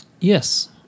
Yes